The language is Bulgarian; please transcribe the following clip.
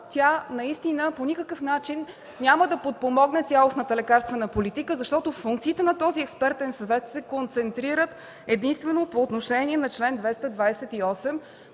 тя наистина по никакъв начин няма да подпомогне цялостната лекарствена политика. Функциите на този експертен съвет се концентрират единствено по отношение на чл. 228,